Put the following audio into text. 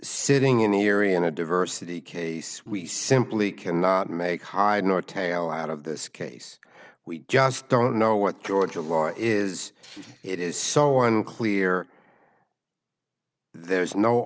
sitting in a year in a diversity case we simply cannot make hide nor tail out of this case we just don't know what georgia law is it is so unclear there's no